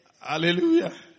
Hallelujah